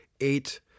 eight